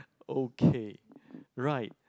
okay right